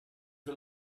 the